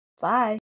Bye